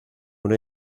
una